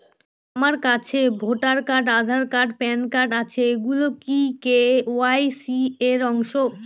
আমার কাছে voter card Aadhaar card PAN card আছে এগুলো কি কে.ওয়াই.সি র অংশ?